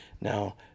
Now